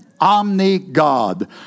Omni-god